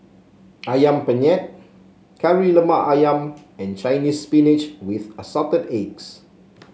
ayam Penyet Kari Lemak ayam and Chinese Spinach with Assorted Eggs